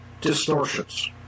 distortions